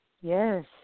Yes